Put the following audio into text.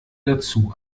dazu